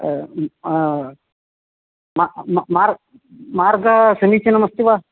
मार्गः मार्गः समीचीनमस्ति वा